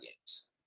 games